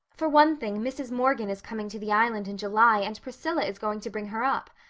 for one thing, mrs. morgan is coming to the island in july and priscilla is going to bring her up.